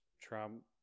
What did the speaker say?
Trump